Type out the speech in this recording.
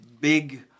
big